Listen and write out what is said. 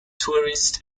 tourists